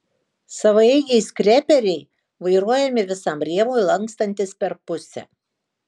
savaeigiai skreperiai vairuojami visam rėmui lankstantis per pusę